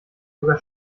sogar